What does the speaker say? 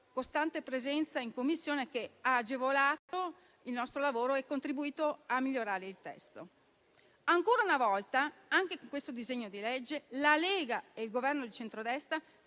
costante presenza in Commissione che ha agevolato il nostro lavoro e contribuito a migliorare il testo. Ancora una volta, anche con questo disegno di legge, la Lega e il Governo di centrodestra